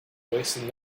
wasted